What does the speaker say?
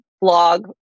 blog